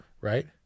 right